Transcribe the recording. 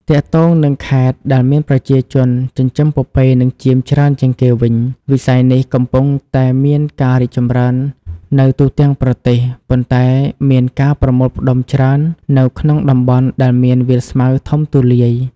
ទាក់ទងនឹងខេត្តដែលមានប្រជាជនចិញ្ចឹមពពែនិងចៀមច្រើនជាងគេវិញ វិស័យនេះកំពុងតែមានការរីកចម្រើននៅទូទាំងប្រទេស ប៉ុន្តែមានការប្រមូលផ្តុំច្រើននៅក្នុងតំបន់ដែលមានវាលស្មៅធំទូលាយ។